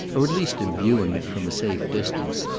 or at least of viewing it from a safe distance,